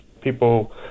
people